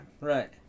Right